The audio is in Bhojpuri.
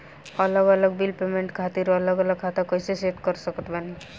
अलग अलग बिल पेमेंट खातिर अलग अलग खाता कइसे सेट कर सकत बानी?